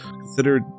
consider